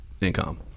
income